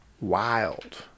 wild